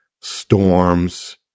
storms